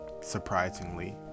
surprisingly